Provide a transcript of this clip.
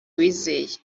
uwizeye